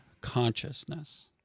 consciousness